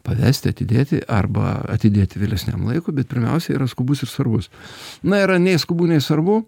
pavesti atidėti arba atidėti vėlesniam laikui bet pirmiausia yra skubus ir svarbus na yra nei skubu nei svarbu